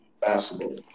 basketball